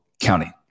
county